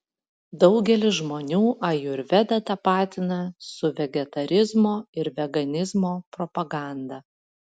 daugelis žmonių ajurvedą tapatina su vegetarizmo ir veganizmo propaganda